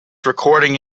recording